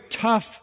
tough